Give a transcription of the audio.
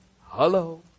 Hello